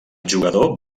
jugador